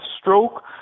stroke